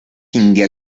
india